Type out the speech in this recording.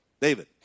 David